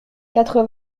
quatre